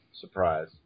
Surprise